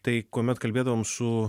tai kuomet kalbėdavom su